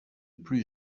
plus